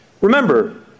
Remember